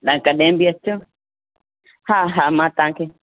तव्हां कॾहिं बि अचो हा हा मां तव्हांखे